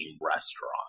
restaurant